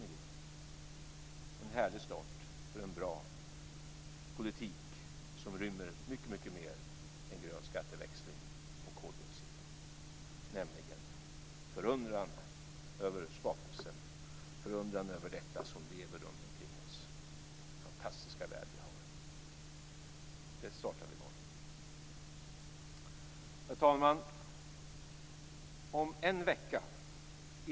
Det är en härlig start för en bra politik som rymmer mycket mer än grön skatteväxling och koldioxid, nämligen förundran över skapelsen och detta som lever runtomkring oss i den fantastiska värld vi har.